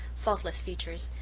faultless features.